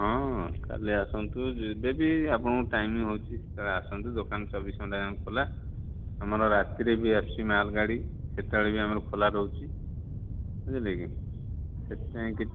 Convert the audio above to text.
ହଁ କାଲି ଆସନ୍ତୁ ଯେ ଦେବି ଆପଣଙ୍କ ଟାଇମ୍ ହେଉଛି କାଲି ଆସନ୍ତୁ ଦୋକାନ ଚବିଶ ଘଣ୍ଟା ଯାକ ଖୋଲା ଆମର ରାତିରେ ବି ଆସୁଛି ମାଲ ଗାଡ଼ି ସେତେବେଳେ ବି ଆମର ଖୋଲା ରହୁଛି ବୁଝିଲେ କି ସେଥିପାଇଁକି